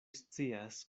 scias